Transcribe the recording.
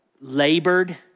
labored